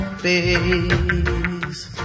face